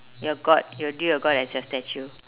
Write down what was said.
your god you'll do your god as a statue